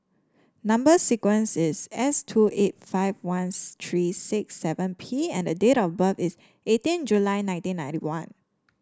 number sequence is S two eight five one three six seven P and the date of birth is eighteen July nineteen ninety one